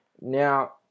Now